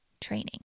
training